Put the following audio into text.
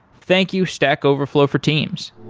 thank you stack overflow for teams